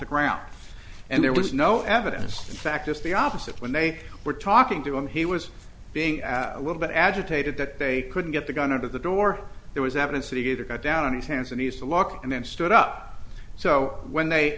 the ground and there was no evidence in fact just the opposite when they were talking to him he was being a little bit agitated that they couldn't get the gun out of the door there was evidence that either cut down on his hands and used a lock and then stood up so when they